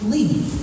Leave